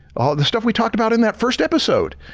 or the stuff we talked about in that first episode.